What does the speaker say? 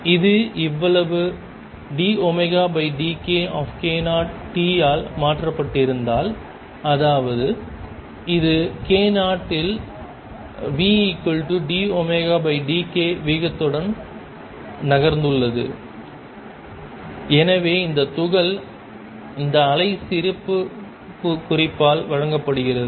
இது இவ்வளவு dωdkk0 t ஆல் மாற்றப்பட்டிருந்தால் அதாவது இது k 0 இல் v dωdk வேகத்துடன் நகர்ந்துள்ளது எனவே இந்த துகள் இந்த அலை சிறப்பு குறிப்பால் வழங்கப்படுகிறது